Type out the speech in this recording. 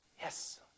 Yes